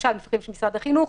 למשל מפקחים של משרד החינוך.